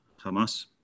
Hamas